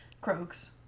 croaks